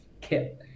kit